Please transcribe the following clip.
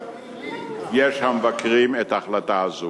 הוא צועק ואתה מעיר לי?